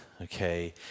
okay